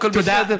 הכול בסדר?